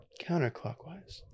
Counterclockwise